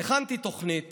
הכנתי תוכנית